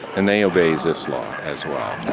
and they obey zipf's law as well.